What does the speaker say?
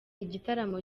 igitaramo